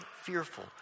fearful